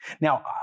Now